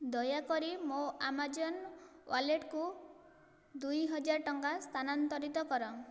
ଦୟାକରି ମୋ ଆମାଜନ୍ ୱାଲେଟ୍କୁ ଦୁଇହଜାର ଟଙ୍କା ସ୍ଥାନାନ୍ତରିତ କର